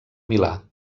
milà